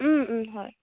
হয়